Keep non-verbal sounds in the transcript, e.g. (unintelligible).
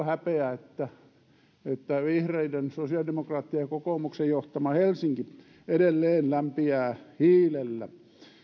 (unintelligible) häpeä että että vihreiden sosiaalidemokraattien ja kokoomuksen johtama helsinki edelleen lämpiää hiilellä